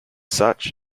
such